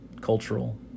cultural